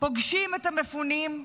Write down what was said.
פוגשים את המפונים,